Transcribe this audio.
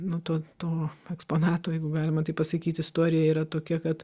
nu to to eksponato jeigu galima taip pasakyt istorija yra tokia kad